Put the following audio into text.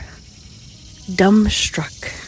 dumbstruck